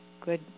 good